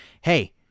Hey